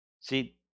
See